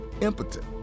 impotent